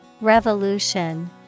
Revolution